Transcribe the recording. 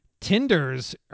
Tinder's